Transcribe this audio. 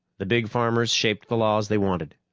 the big farmers shaped the laws they wanted.